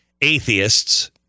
atheists